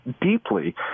deeply